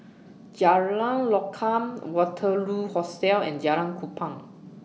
Jalan Lokam Waterloo Hostel and Jalan Kupang